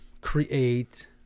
create